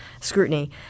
scrutiny